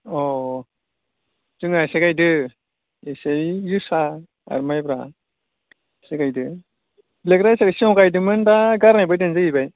अ जोंना एसे गायदो एसे ओइ जोसा आर माइब्रा एसे गायदो ब्लेक राइसा सिगाङाव गायदोंमोन दा गारनाय बायदियानो जाहैबाय